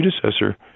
predecessor